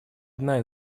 одна